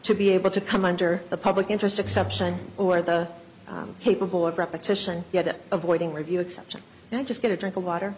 to be able to come under the public interest exception or the capable of repetition get it avoiding review exception i just get a drink of water